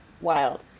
wild